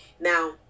now